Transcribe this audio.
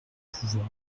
pouvoir